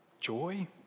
joy